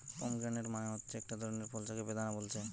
pomegranate মানে হচ্ছে একটা ধরণের ফল যাকে বেদানা বলছে